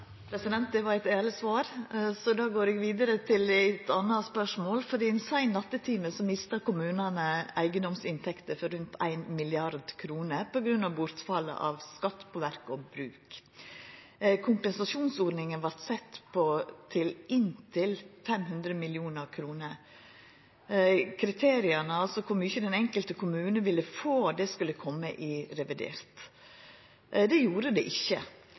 var eit ærleg svar. Då går eg vidare til eit anna spørsmål. I ein sein nattetime mista kommunane eigedomsinntekter på rundt 1 mrd. kr på grunn av bortfallet av skatt på verk og bruk. Kompensasjonsordninga vart sett til inntil 500 mill. kr. Kriteria – kor mykje den enkelte kommunen ville få – skulle koma i revidert. Det gjorde det ikkje.